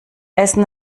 essen